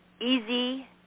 easy